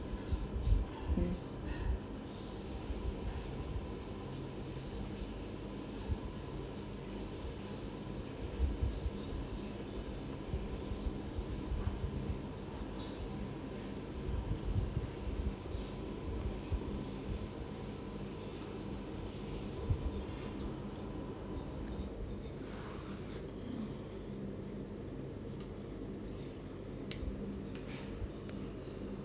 mm